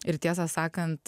ir tiesą sakant